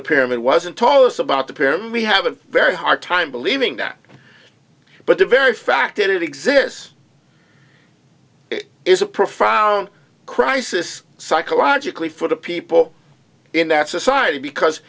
the pyramid wasn't told us about the param we have a very hard time believing that but the very fact that it exists is a profile crisis psychologically for the people in that society because